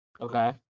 Okay